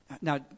Now